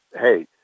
hey